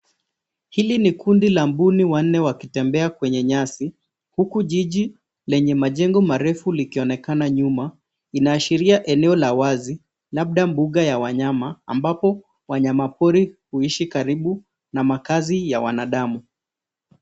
Hili ni kundi la mbuni wanne wakitembea kwenye nyasi huku jiji lenye majengo marefu likionekana nyuma. Inashiria eneo la wazi labda mbuga ya wanyama ambapo wanyama pori huishi karibu na makaazi ya wanadamu.